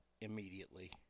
immediately